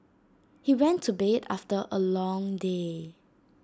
he went to bed after A long day